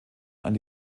eine